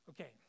Okay